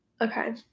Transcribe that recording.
Okay